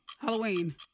Halloween